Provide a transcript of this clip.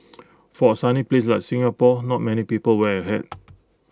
for A sunny place like Singapore not many people wear A hat